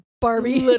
Barbie